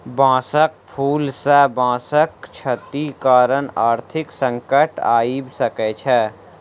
बांसक फूल सॅ बांसक क्षति कारण आर्थिक संकट आइब सकै छै